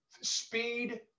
Speed